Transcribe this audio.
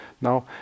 now